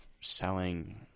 selling